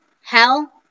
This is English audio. hell